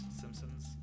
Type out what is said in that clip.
Simpsons